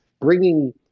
bringing